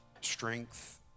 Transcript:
strength